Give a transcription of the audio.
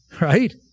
Right